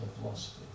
philosophy